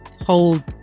hold